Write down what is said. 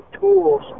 tools